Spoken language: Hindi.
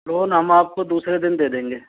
लोन हम आपको दूसरे दिन दे देंगे